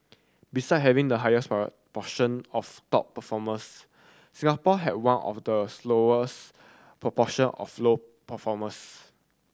beside having the highest proportion of top performers Singapore have one of the smallest proportion of low performers